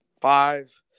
five